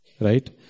right